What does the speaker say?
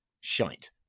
Shite